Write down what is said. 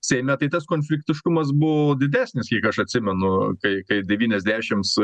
seime tai tas konfliktiškumas buvo didesnis kiek aš atsimenu kai kai devyniasdešims